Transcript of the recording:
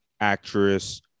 actress